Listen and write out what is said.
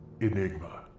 Enigma